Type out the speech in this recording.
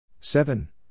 seven